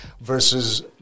versus